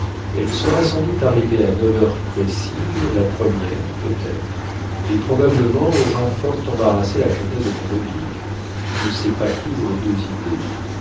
elle sera sans doute arrivée à neuf heures précises la première peut-être et probablement aura fort embarrassé la comtesse de gondreville qui ne sait pas coudre deux idées